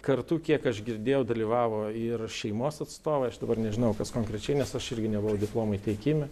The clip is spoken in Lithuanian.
kartu kiek aš girdėjau dalyvavo ir šeimos atstovai aš dabar nežinau kas konkrečiai nes aš irgi nebuvau diplomų įteikime